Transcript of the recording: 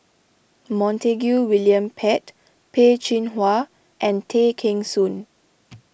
Montague William Pett Peh Chin Hua and Tay Kheng Soon